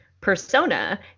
persona